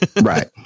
Right